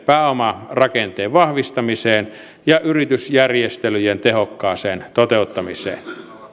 pääomarakenteen vahvistamiseen ja yritysjärjestelyjen tehokkaaseen toteuttamiseen